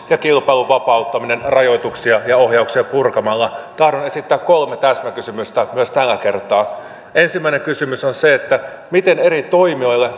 ja kilpailun vapauttaminen rajoituksia ja ohjauksia purkamalla tahdon esittää kolme täsmäkysymystä myös tällä kertaa ensimmäinen kysymys on miten eri toimijoille